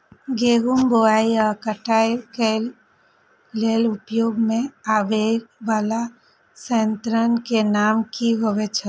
गेहूं बुआई आ काटय केय लेल उपयोग में आबेय वाला संयंत्र के नाम की होय छल?